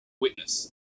witness